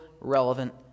relevant